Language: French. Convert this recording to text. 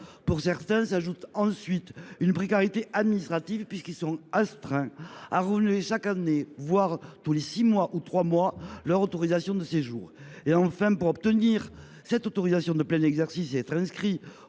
Pour certains s’ajoute une précarité administrative, puisqu’ils sont astreints à renouveler chaque année, voire tous les six ou trois mois, leur autorisation de séjour. Enfin, pour obtenir l’autorisation de plein exercice et être inscrits